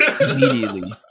immediately